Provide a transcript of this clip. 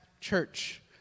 church